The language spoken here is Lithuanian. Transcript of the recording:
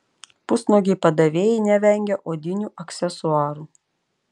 pusnuogiai padavėjai nevengia odinių aksesuarų